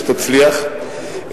שתצליח,